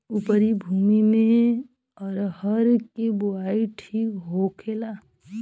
उपरी भूमी में अरहर के बुआई ठीक होखेला?